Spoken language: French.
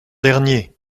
dernier